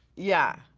yeah,